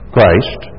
Christ